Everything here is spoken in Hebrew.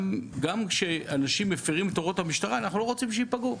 גם כשאנשים מפירים את הוראות המשטרה אנחנו לא רוצים שייפגעו.